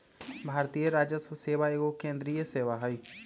भारतीय राजस्व सेवा एगो केंद्रीय सेवा हइ